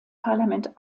parlament